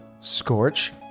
scorch